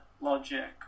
logic